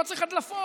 לא צריך הדלפות,